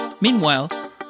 Meanwhile